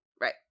Right